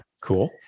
Cool